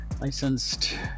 licensed